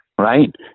right